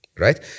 Right